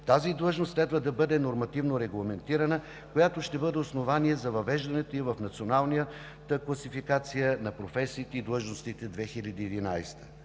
Тази длъжност следва да бъде нормативно регламентирана, което ще бъде основание за въвеждането ѝ в Националната класификация на професиите и длъжностите – 2011 г.